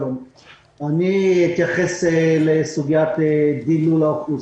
אתייחס לסוגיית דילול האוכלוסייה.